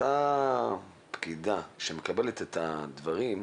אותה פקידה שמקבלת את הדברים,